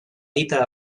dita